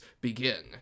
begin